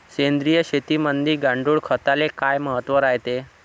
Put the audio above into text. सेंद्रिय शेतीमंदी गांडूळखताले काय महत्त्व रायते?